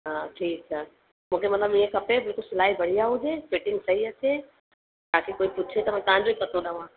हा ठीकु आहे मूंखे मतिलबु ईअं खपे बिल्कुलु सिलाई बढ़िया हुजे फिटिंग सही अचे ताकी कोई पुछे त मां तव्हांजो ई पतो ॾियांव